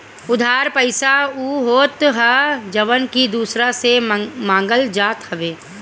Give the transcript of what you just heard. उधार पईसा उ होत हअ जवन की दूसरा से मांगल जात हवे